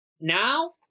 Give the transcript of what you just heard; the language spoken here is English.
Now